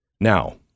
Now